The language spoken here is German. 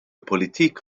politik